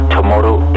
Tomorrow